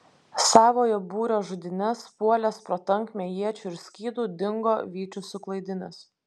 savojo būrio žudynes puolęs pro tankmę iečių ir skydų dingo vyčius suklaidinęs